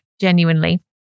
genuinely